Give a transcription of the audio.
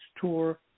tour